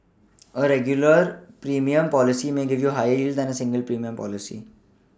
a regular premium policy may give you higher yield than a single premium policy